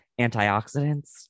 antioxidants